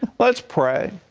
let's pray,